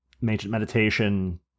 meditation